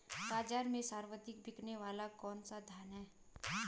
बाज़ार में सर्वाधिक बिकने वाला कौनसा धान है?